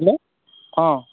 hello অঁ